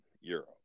Euro